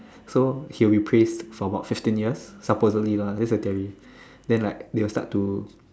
so he will be praised for about fifteen years supposedly lah that's the theory then they will start to